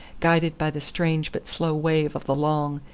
guided by the strange but slow wave of the long,